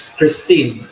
Christine